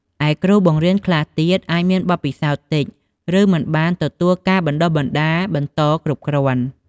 ឯគ្រូបង្រៀនខ្លះទៀតអាចមានបទពិសោធន៍តិច ឬមិនបានទទួលការបណ្តុះបណ្តាលបន្តគ្រប់គ្រាន់។